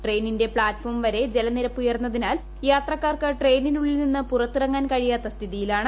ട്രെയിട്ടിന്റെ ഫ്ളാറ്റ്ഫോംവരെ ജലനിരപ്പുള്ളതിനാൽ യാത്രക്കാർ പ് ട്രെയിനിനുള്ളിൽ നിന്നും പുറത്തിറങ്ങാൻ കഴിയാത്ത സ്ഥിതിയിലാണ്